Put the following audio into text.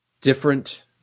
different